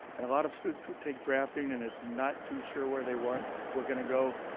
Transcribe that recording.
and a lot of students would take drafting and it's not too sure where they were were gonna go.